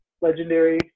legendary